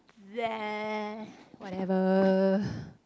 whatever